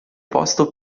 posto